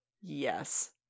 Yes